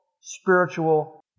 spiritual